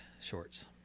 shorts